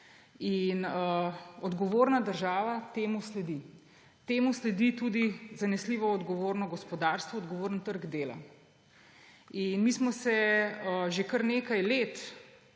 In odgovorna država temu sledi. Temu sledi tudi zanesljivo, odgovorno gospodarstvo, odgovoren trg dela. Mi smo se že kar nekaj let